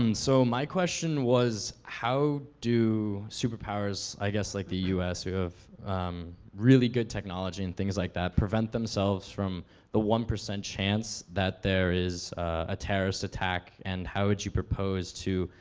um so my question was how do superpowers, i guess, like the us, who have really good technology and things like that, prevent themselves form the one percent chance that there is a terrorist attack? and how would you propose to,